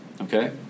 Okay